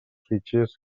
fitxers